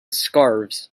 scarves